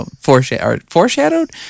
foreshadowed